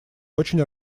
очень